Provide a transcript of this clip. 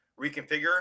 reconfigure